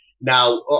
Now